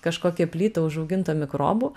kažkokią plytą užaugintą mikrobu